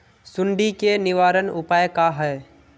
सुंडी के निवारण उपाय का होए?